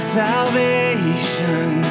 salvation